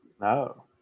No